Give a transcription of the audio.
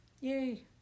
Yay